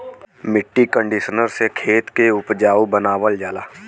मट्टी कंडीशनर से खेत के उपजाऊ बनावल जाला